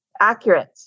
accurate